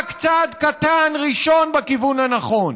רק צעד קטן ראשון בכיוון הנכון,